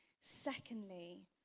Secondly